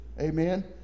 Amen